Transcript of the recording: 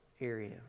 area